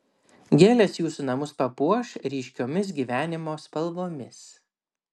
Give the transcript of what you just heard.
gėlės jūsų namus papuoš ryškiomis gyvenimo spalvomis